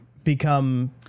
become